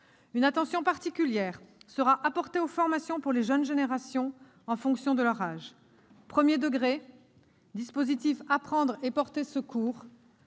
Une attention particulière sera apportée aux formations pour les jeunes générations, en fonction de leur âge : premier degré- dispositif « apprendre à porter secours »